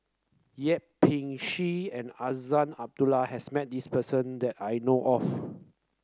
Yip Pin Xiu and Azman Abdullah has met this person that I know of